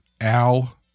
Al